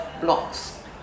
blocks